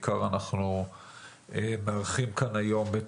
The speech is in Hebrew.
אנחנו מארחים כאן היום,